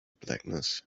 blackness